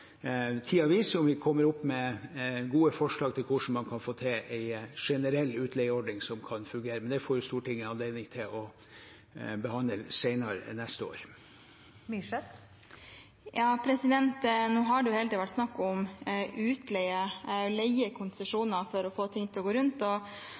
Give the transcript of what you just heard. om vi kommer med gode forslag til hvordan man kan få til en generell utleieordning som kan fungere, men det får Stortinget anledning til å behandle senere neste år. Nå har det hele tiden vært snakk om utleie – å leie